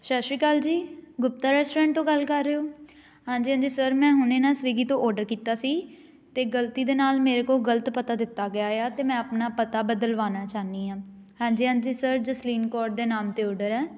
ਸਤਿ ਸ਼੍ਰੀ ਅਕਾਲ ਜੀ ਗੁਪਤਾ ਰੈਸਟੋਰੈਂਟ ਤੋਂ ਗੱਲ ਕਰ ਰਹੇ ਹੋ ਹਾਂਜੀ ਹਾਂਜੀ ਸਰ ਮੈਂ ਹੁਣੇ ਨਾ ਸਵੀਗੀ ਤੋਂ ਔਡਰ ਕੀਤਾ ਸੀ ਅਤੇ ਗਲਤੀ ਦੇ ਨਾਲ ਮੇਰੇ ਕੋਲ ਗਲਤ ਪਤਾ ਦਿੱਤਾ ਗਿਆ ਆ ਅਤੇ ਮੈਂ ਆਪਣਾ ਪਤਾ ਬਦਲਵਾਉਣਾ ਚਾਹੁੰਦੀ ਹਾਂ ਹਾਂਜੀ ਹਾਂਜੀ ਸਰ ਜਸਲੀਨ ਕੌਰ ਦੇ ਨਾਮ 'ਤੇ ਔਡਰ ਹੈ